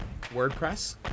wordpress